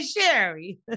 Sherry